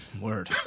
Word